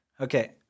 Okay